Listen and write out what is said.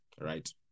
right